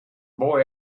boy